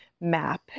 map